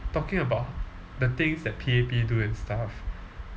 talking about the things that P_A_P do and stuff